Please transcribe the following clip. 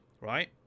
Right